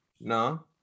No